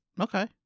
Okay